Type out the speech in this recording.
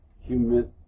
human